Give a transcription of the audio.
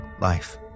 life